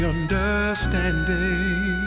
Understanding